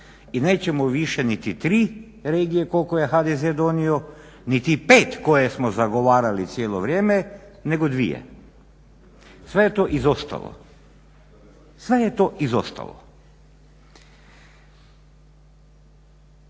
i nećemo više niti 3 regije koliko je HDZ donio, niti 5 koje smo zagovarali cijelo vrijeme nego dvije. Sve je to izostalo, sve je to izostalo.